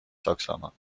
saksamaa